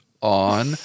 on